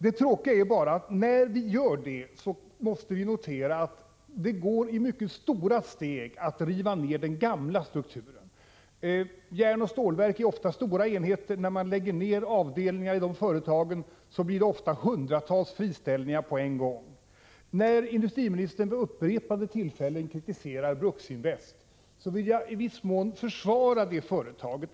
Det tråkiga är bara att vi måste notera att det går mycket snabbt att riva ner den gamla strukturen. Järnoch stålverk är ofta stora enheter, och när man — Prot. 1985/86:104 lägger ner avdelningar i de företagen blir det ofta hundratals friställningar på 1 april 1986 en gång. När industriministern vid upprepade tillfällen kritiserar Bruksinvest vill jag i viss mån försvara det företaget.